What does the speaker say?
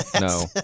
No